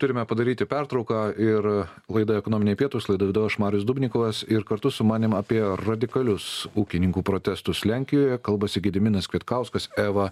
turime padaryti pertrauką ir laida ekonominiai pietūs laidą vedu aš marius dubnikovas ir kartu su manim apie radikalius ūkininkų protestus lenkijoje kalbasi gediminas kvietkauskas eva